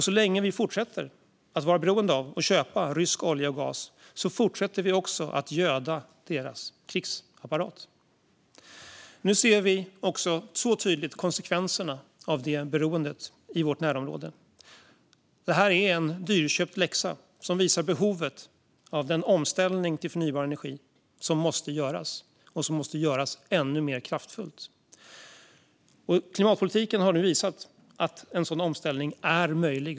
Så länge vi fortsätter att vara beroende av att köpa rysk olja och gas fortsätter vi att göda deras krigsapparat. Nu ser vi tydligt konsekvenserna av detta beroende i vårt närområde. Detta är en dyrköpt läxa som visar på behovet av den omställning till förnybar energi som måste göras och som måste göras ännu mer kraftfullt. Klimatpolitiken har nu visat att en sådan omställning är möjlig.